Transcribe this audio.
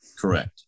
Correct